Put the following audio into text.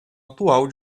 atual